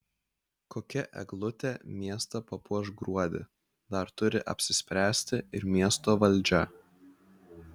kokia eglutė miestą papuoš gruodį dar turi apsispręsti ir miesto valdžia